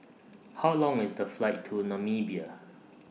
How Long IS The Flight to Namibia